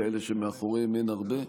כאלה שמאחוריהם אין הרבה.